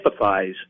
empathize